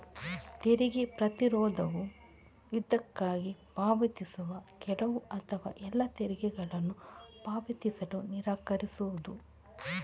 ತೆರಿಗೆ ಪ್ರತಿರೋಧವು ಯುದ್ಧಕ್ಕಾಗಿ ಪಾವತಿಸುವ ಕೆಲವು ಅಥವಾ ಎಲ್ಲಾ ತೆರಿಗೆಗಳನ್ನು ಪಾವತಿಸಲು ನಿರಾಕರಿಸುವುದು